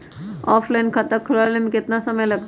Offline खाता खुलबाबे में केतना समय लगतई?